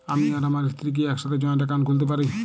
আমি আর আমার স্ত্রী কি একসাথে জয়েন্ট অ্যাকাউন্ট খুলতে পারি?